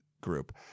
group